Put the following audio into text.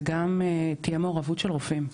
וגם תהיה מעורבות של רופאים.